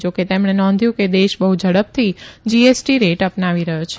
જો કે તેમણે નોંધ્યુ કે દેશ બહ્ ઝડ થી જીએસટી રેટ અ નાવી રહયો છે